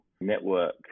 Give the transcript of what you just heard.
network